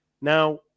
Now